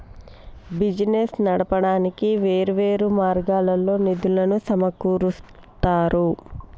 business నడపడానికి వేర్వేరు మార్గాల్లో నిధులను సమకూరుత్తారు